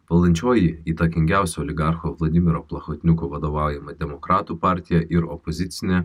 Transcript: valdančioji įtakingiausių oligarchų vladimiro plachotniuko vadovaujama demokratų partija ir opozicinė